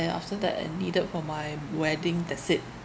after that I needed for my wedding that's it